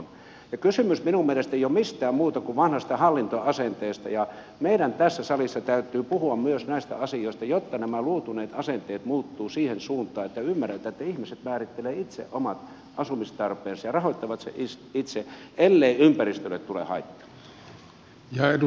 kysymys minun mielestäni ei ole mistään muusta kuin vanhasta hallintoasenteesta ja meidän tässä salissa täytyy puhua myös näistä asioista jotta nämä luutuneet asenteet muuttuvat siihen suuntaan että ymmärretään että ihmiset määrittelevät itse omat asumistarpeensa ja rahoittavat rakentamisen itse ellei ympäristölle tule haittaa